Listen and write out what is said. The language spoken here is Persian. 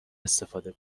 استفاده